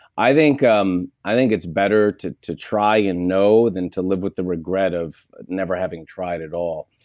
i think um i think it's better to to try and know than to live with the regret of never having tried at all.